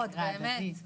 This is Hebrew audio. באמת,